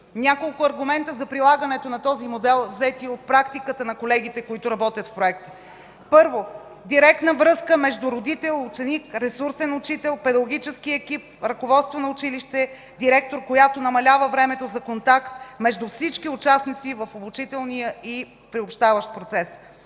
Няколко аргумента за прилагането на този модел, взети от практиката на колегите, които работят по проекта. Първо, директна връзка между родител, ученик, ресурсен учител, педагогически екип, ръководство на училище, директор, която намалява времето за контакт между всички участници в обучителния и приобщаващ процес.